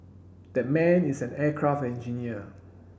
that man is an aircraft engineer